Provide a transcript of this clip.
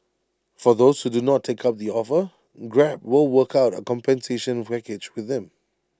for those who do not take up the offer grab will work out A compensation package with them